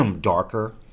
darker